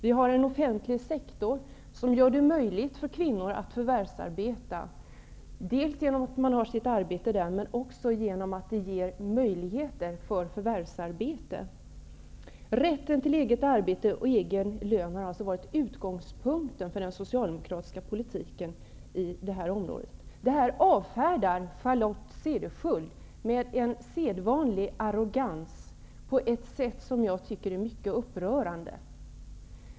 Vi har en offentlig sektor som ger kvinnor möjligheter att förvärvsarbeta. Rätten till eget arbete och egen lön har alltså varit utgångspunkten för den socialdemokratiska politiken på det här området. Detta avfärdar Charlotte Cederschiöld med sedvanlig arrogans -- på ett sätt som jag tycker är mycket upprörande.